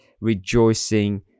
rejoicing